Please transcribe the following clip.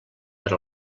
per